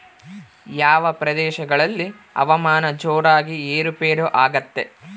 ಯಾವ ಪ್ರದೇಶಗಳಲ್ಲಿ ಹವಾಮಾನ ಜೋರಾಗಿ ಏರು ಪೇರು ಆಗ್ತದೆ?